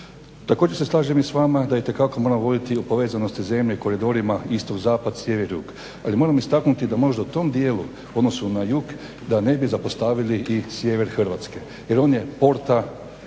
Također se slažem i s vama da itekako moramo …/Govornik se ne razumije./... o povezanost zemlje, koridorima istok, zapad, sjever, jug. Ali moram istaknuti da možda u tom dijelu u odnosu na jug da ne bi zapostavili i sjever Hrvatske. Jer on je porta